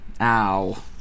Ow